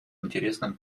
интересным